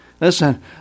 Listen